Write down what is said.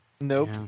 Nope